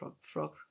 frog